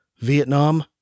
Vietnam